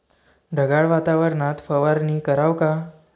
ढगाळ वातावरनात फवारनी कराव का?